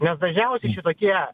nes dažniausiai šitokie